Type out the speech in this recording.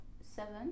Seven